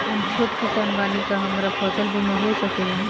हम छोट किसान बानी का हमरा फसल बीमा हो सकेला?